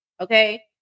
okay